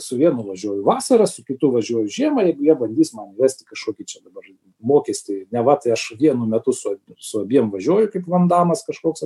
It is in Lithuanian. su vienu važiuoju vasarą su kitu važiuoju žiemą ir jie bandys man įvesti kažkokį čia dabar mokestį neva tai aš vienu metu su su abiem važiuoju kaip vandalas kažkoks